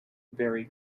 very